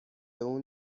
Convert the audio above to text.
اون